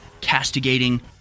castigating